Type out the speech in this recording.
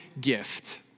gift